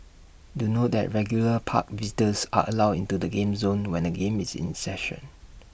do note that regular park visitors are allowed into the game zone when A game is in session